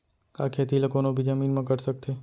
का खेती ला कोनो भी जमीन म कर सकथे?